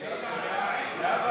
נסים זאב